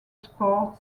sport